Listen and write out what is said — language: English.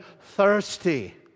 thirsty